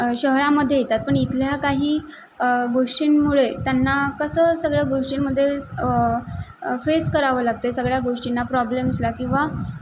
शहरामध्ये येतात पण इथल्या काही गोष्टींमुळे त्यांना कसं सगळ्या गोष्टींमध्ये फेस करावं लागते सगळ्या गोष्टींना प्रॉब्लेम्सला किंवा